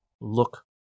look